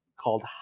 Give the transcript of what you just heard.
called